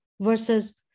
versus